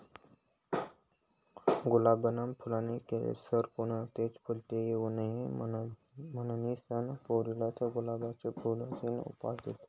गुलाबना फूलनी सर कोणताच फुलले येवाऊ नहीं, म्हनीसन पोरीसले गुलाबना फूलनी उपमा देतस